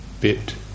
bit